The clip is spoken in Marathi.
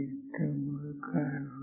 त्यामुळे काय होईल